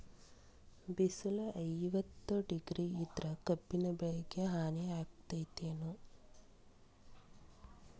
ಬಿಸಿಲ ಐವತ್ತ ಡಿಗ್ರಿ ಇದ್ರ ಕಬ್ಬಿನ ಬೆಳಿಗೆ ಹಾನಿ ಆಕೆತ್ತಿ ಏನ್?